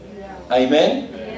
Amen